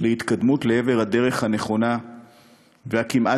להתקדמות לעבר הדרך הנכונה והכמעט-יחידה